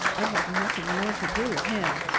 i'd have nothing more to do with him.